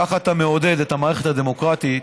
כך אתה מעודד את המערכת הדמוקרטית.